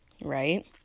right